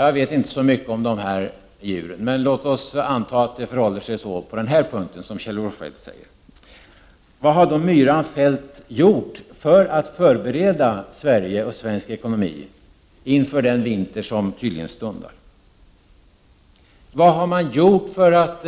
Jag vet inte så mycket om dessa djur, men låt oss anta att det på den här punkten förhåller sig så som Kjell-Olof Feldt säger. Vad har då myran Feldt gjort för att förbereda Sverige och svensk ekonomi inför den vinter som stundar? Vad har man gjort för att